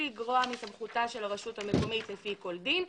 לגרוע מסמכותה של הרשות המקומית לפי כל דין,